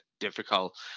difficult